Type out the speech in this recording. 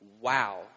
wow